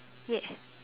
ya